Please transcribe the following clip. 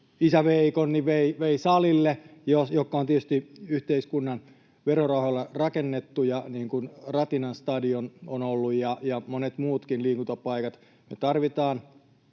isä vei salille, ja ne on tietysti yhteiskunnan verorahoilla rakennettu, niin kuin Ratinan stadion on ollut ja monet muutkin liikuntapaikat. Me tarvitaan